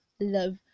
love